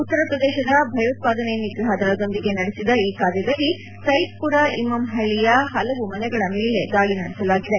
ಉತ್ತರ ಪ್ರದೇಶದ ಭಯೋತ್ಪಾದನೆ ನಿಗ್ರಹ ದಳದೊಂದಿಗೆ ನಡೆಸಿದ ಈ ಕಾರ್ಯದಲ್ಲಿ ಸೈದ್ಪುರ ಇಮ್ಮಮ್ ಹಳ್ಳಿಯ ಹಲವು ಮನೆಗಳ ಮೇಲೆ ದಾಳಿ ನಡೆಸಲಾಗಿದೆ